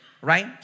Right